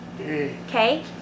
okay